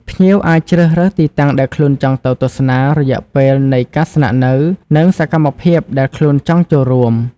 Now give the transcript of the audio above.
ភ្ញៀវអាចជ្រើសរើសទីតាំងដែលខ្លួនចង់ទៅទស្សនា រយៈពេលនៃការស្នាក់នៅ និងសកម្មភាពដែលខ្លួនចង់ចូលរួម។